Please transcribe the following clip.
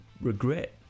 regret